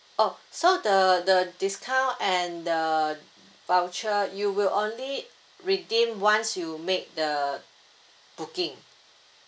orh so the the discount and the voucher you will only redeem once you make the booking